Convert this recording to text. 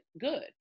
good